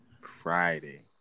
Friday